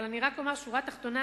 רק אומר שורה תחתונה,